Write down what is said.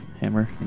Hammer